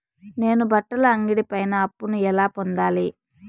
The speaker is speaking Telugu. నేను బట్టల అంగడి పైన అప్పును ఎలా పొందాలి?